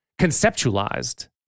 conceptualized